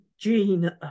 gene